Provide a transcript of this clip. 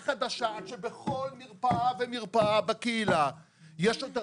חדשה עד שבכל מרפאה ומרפאה בקהילה יש שוטר?